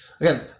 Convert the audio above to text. Again